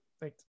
thanks